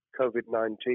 COVID-19